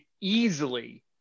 easily